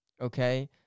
okay